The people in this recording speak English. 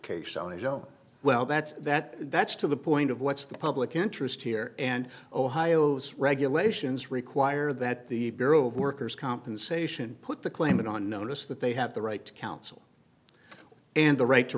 case only joe well that's that that's to the point of what's the public interest here and ohio's regulations require that the bureau of workers compensation put the claimant on notice that they have the right to counsel and the right to